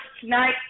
tonight